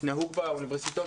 שנהוג באוניברסיטאות,